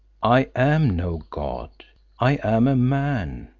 i am no god i am a man,